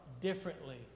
differently